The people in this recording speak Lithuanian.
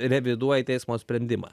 reviduoji teismo sprendimą